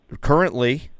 Currently